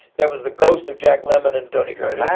there was the ghost of jack lemmon and tony curtis. i